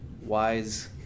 Wise